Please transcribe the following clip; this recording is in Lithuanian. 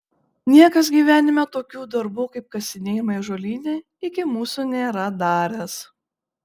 niekas gyvenime tokių darbų kaip kasinėjimai ąžuolyne iki mūsų nėra daręs